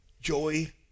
joy